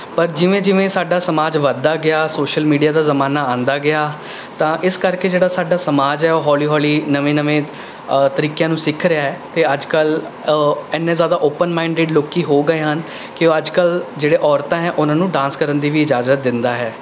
ਪਰ ਜਿਵੇਂ ਜਿਵੇਂ ਸਾਡਾ ਸਮਾਜ ਵੱਧਦਾ ਗਿਆ ਸ਼ੋਸ਼ਲ ਮੀਡੀਆ ਦਾ ਜ਼ਮਾਨਾ ਆਉਂਦਾ ਗਿਆ ਤਾਂ ਇਸ ਕਰਕੇ ਜਿਹੜਾ ਸਾਡਾ ਸਮਾਜ ਹੈ ਉਹ ਹੌਲੀ ਹੌਲੀ ਨਵੇਂ ਨਵੇਂ ਤਰੀਕਿਆਂ ਨੂੰ ਸਿੱਖ ਰਿਹਾ ਹੈ ਅਤੇ ਅੱਜ ਕੱਲ੍ਹ ਉਹ ਇੰਨੇ ਜ਼ਿਆਦਾ ਓਪਨ ਮਾਈਡਿੰਡ ਲੋਕ ਹੋ ਗਏ ਹਨ ਕਿ ਉਹ ਅੱਜ ਕੱਲ੍ਹ ਜਿਹੜੇ ਔਰਤਾਂ ਹੈ ਉਹਨਾਂ ਨੂੰ ਡਾਂਸ ਕਰਨ ਦੀ ਵੀ ਇਜਾਜ਼ਤ ਦਿੰਦਾ ਹੈ